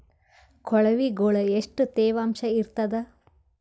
ಕೊಳವಿಗೊಳ ಎಷ್ಟು ತೇವಾಂಶ ಇರ್ತಾದ?